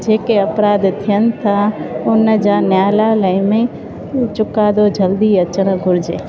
जेके अपराध थियनि था हुनजा न्यायालय में चुकादो जल्दी अचणु घुरिजे